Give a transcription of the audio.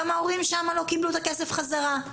גם ההורים שמה לא קיבלו את הכסף חזרה.